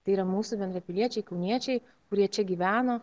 tai yra mūsų bendrapiliečiai kauniečiai kurie čia gyveno